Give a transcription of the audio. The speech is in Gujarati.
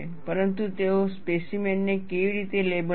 પરંતુ તેઓ સ્પેસીમેન ને કેવી રીતે લેબલ કરવા